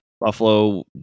Buffalo